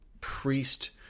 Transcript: priest